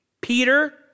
Peter